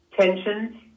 tensions